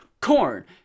Corn